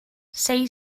sei